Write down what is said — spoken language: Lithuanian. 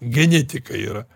genetika yra